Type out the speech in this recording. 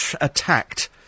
attacked